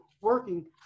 working